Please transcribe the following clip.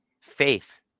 faith